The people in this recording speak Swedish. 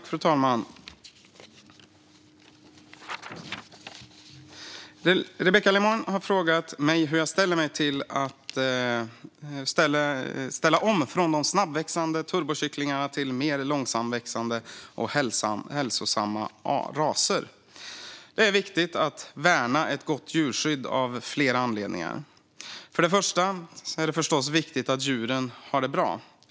Fru talman! Rebecka Le Moine har frågat mig hur jag ställer mig till att ställa om från de snabbväxande turbokycklingarna till mer långsamväxande och hälsosamma raser. Det är viktigt att värna ett gott djurskydd av flera anledningar. För det första är det förstås viktigt att djuren har det bra.